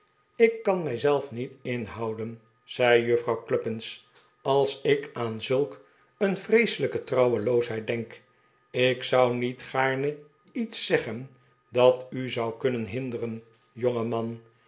ik kan mijzelf niet inhouden zei juffrouw cluppins als ik aan zulk een vreeselijke trouweloosheid denk ik zou niet gaarne iets zeggen dat u zou kunnen binderen jongeman